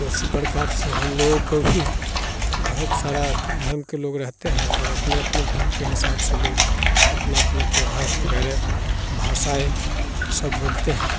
तो इसी प्रकार से हम लोगों को भी बहुत सारा धर्म के लोग रहते हैं और अपने अपने धर्म के हिसाब से लोग अपना अपना त्योहार वगैरह भाषाएँ सब बोलते हैं